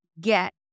get